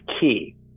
key